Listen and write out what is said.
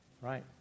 right